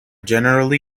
generally